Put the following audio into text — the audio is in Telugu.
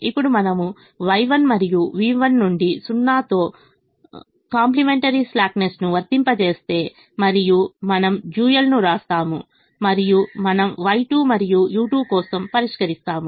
ఇప్పుడు మేము Y1 మరియు v1 నుండి 0 తో కాంప్లిమెంటరీ స్లాక్నెస్ను వర్తింపజేస్తే మరియు మనము డ్యూయల్నువ్రాస్తాము మరియు మనము Y2 మరియు u2 కోసం పరిష్కరిస్తాము